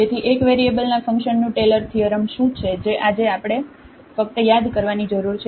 તેથી એક વેરિયેબલના ફંકશનનું ટેલર થીઅરમ શું છે જે આપણે ફક્ત યાદ કરવાની જરૂર છે